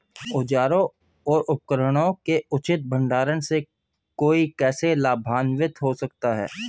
औजारों और उपकरणों के उचित भंडारण से कोई कैसे लाभान्वित हो सकता है?